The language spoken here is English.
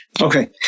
Okay